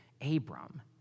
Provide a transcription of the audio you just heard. Abram